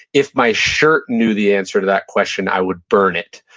if my shirt knew the answer to that question, i would burn it.